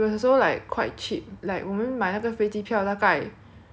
好像一百多块一百多块而已来回